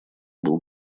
был